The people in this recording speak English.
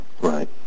Right